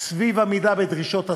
סביב עמידה בדרישות הסף.